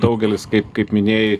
daugelis kaip kaip minėjai